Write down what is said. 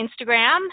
Instagram